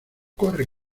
corre